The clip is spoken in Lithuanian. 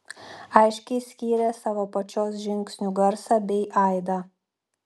aiškiai skyrė savo pačios žingsnių garsą bei aidą